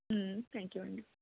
thank you అండి